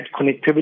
connectivity